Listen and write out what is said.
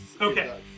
Okay